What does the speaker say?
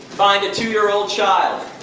find a two year old child,